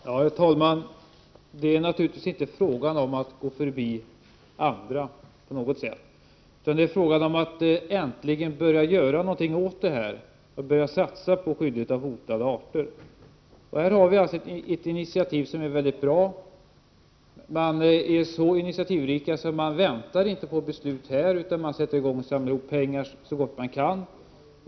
Herr talman! Det är naturligtvis inte fråga om att gå förbi andra myndigheter på något sätt, utan det är fråga om att äntligen börja göra någonting och satsa på skyddet av hotade arter. Här finns nu ett initiativ som är mycket bra. Denna stiftelse är så initiativrik att den inte väntar på beslut i riksdagen utan sätter i gång att samla in pengar så gott den kan.